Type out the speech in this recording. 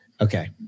Okay